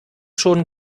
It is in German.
schon